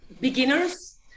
beginners